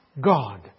God